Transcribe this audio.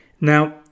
Now